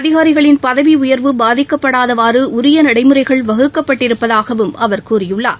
அதிகாரிகளின் பதவிஉயர்வு பாதிக்கப்படாதவாறுஉரியநடைமுறைகள் வகுக்கப்பட்டிருப்பதாகவும் அவர் கூறியுள்ளார்